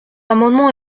amendement